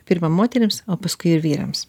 pirma moterims o paskui ir vyrams